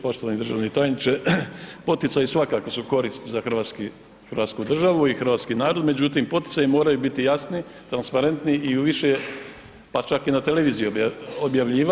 Poštovani državni tajnice, poticaji svakako su korist za Hrvatsku državu i hrvatski narod, međutim poticaji moraju biti jasni, transparentni i u više, pa čak i na televiziji objavljivati.